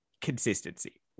consistency